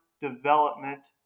development